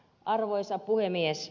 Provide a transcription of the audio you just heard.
arvoisa puhemies